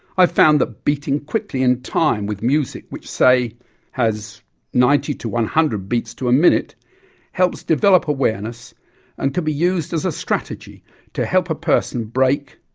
i've found that beating quickly in time with music which say has ninety to one hundred beats to a minute helps develop awareness and can be used as a strategy to help a person break,